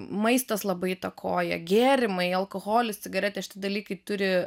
maistas labai įtakoja gėrimai alkoholis cigaretės šitie dalykai turi